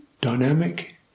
dynamic